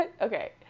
okay